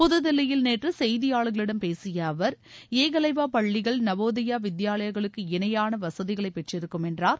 புதுதில்லியில் நேற்று செய்தியாளர்களிடம் பேசிய அவர் ஏக்கலவ்யா பள்ளிகள் நவோதயா வித்யாலயா க்களுக்கு இணையான வசதிகளை பெற்றிருக்கும் என்றார்